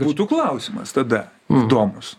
būtų klausimas tada įdomus